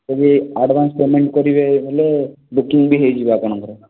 ଯଦି advance payment କରିବେ ବୋଲେ ବୁକିଙ୍ଗ୍ ବି ହେଇଯିବ ଆପଣଙ୍କର